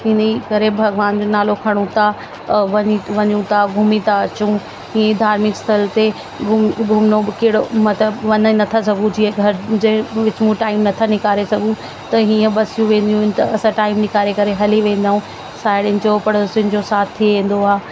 हिन ई करे भगवान जो नालो खणूं था व वञूं था घुमी था अचूं ही धार्मिक स्थल ते घुम घुमिनो बि कहिड़ो मतिलब वञी नथा सघूं जीअं घर जे विचूं टाइम नथा निकारे सघूं हीअं बसियूं वेंदियूं आहिनि त असां टाइम निकारे करे हली वेंदा आहियूं साहेड़ियुनि जो पड़ोसीयुनि जो साथ थी वेंदो आहे